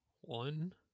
One